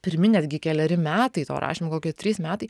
pirmi netgi keleri metai to rašymo kokie trys metai